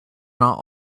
not